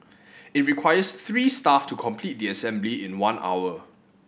it requires three staff to complete the assembly in one hour